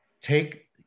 take